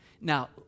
Now